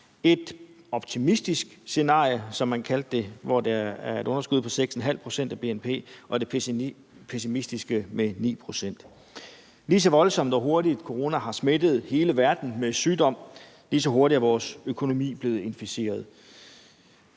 Et optimistisk scenarie, som man kaldte det, hvor der er et underskud på 6½ pct. af bnp. Og det pessimistiske med 9 pct. Lige så voldsomt og hurtigt corona har smittet hele verden med sygdom, lige så hurtigt er vores økonomi blevet inficeret.